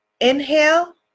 Inhale